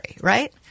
right